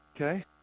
Okay